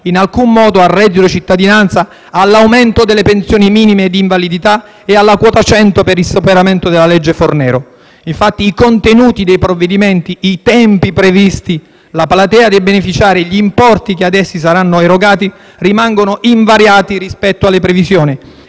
in alcun modo al reddito di cittadinanza, all'aumento delle pensioni minime di invalidità e alla quota 100 per il superamento della legge Fornero. Infatti, i contenuti dei provvedimenti, i tempi previsti, la platea dei beneficiari, gli importi che ad essi saranno erogati rimangono invariati rispetto alle previsioni